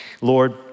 Lord